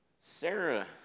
Sarah